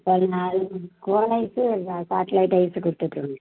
சரி நாலு cone ice chocolate ice கொடுத்துட்ருங்க